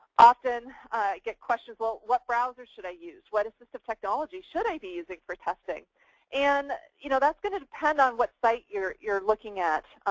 often i get questions, what what browser should i use, what assistive technology should i be using for testing and you know that's going to depend on what site you're you're looking at.